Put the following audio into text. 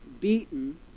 beaten